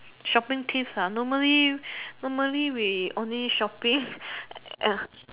shopping tips ah normally normally we only shopping ya